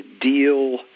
deal